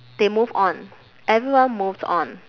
they move on everyone moved on